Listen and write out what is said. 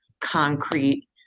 concrete